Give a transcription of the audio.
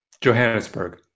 Johannesburg